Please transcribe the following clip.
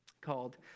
called